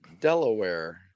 Delaware